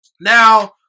Now